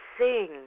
sing